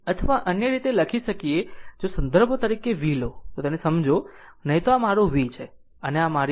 અથવા અન્ય રીતે લખીએ જો સંદર્ભ તરીકે v લો તો તેને સમજો નહીં તો આ મારી v છે અને આ મારી છે